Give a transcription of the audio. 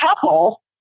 couple